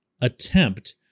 attempt